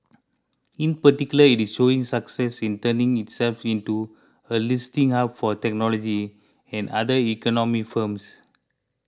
in particular it is showing success in turning itself into a listing hub for technology and other economy firms